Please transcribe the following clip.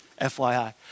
FYI